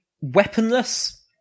weaponless